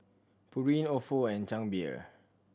Pureen Ofo and Chang Beer